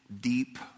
deep